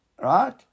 right